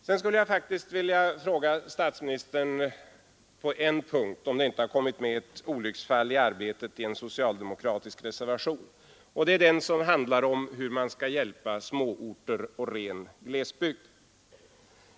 Sedan skulle jag faktiskt på en punkt vilja fråga statsministern om det inte i en socialdemokratisk reservation har inträffat ett olycksfall i arbetet. Det är den reservation som handlar om hur man skall hjälpa småorter och ren glesbygd.